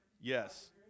Yes